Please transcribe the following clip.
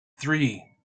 three